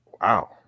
Wow